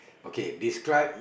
okay describe